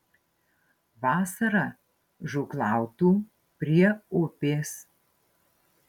vasarą žūklautų prie upės